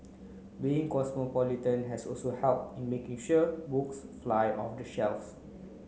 being cosmopolitan has also helped in making sure books fly off the shelves